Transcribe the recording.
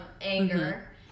anger